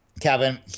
Kevin